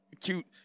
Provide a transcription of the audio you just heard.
cute